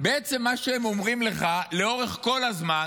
בעצם מה שהם אומרים לך לאורך כל הזמן,